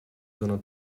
zona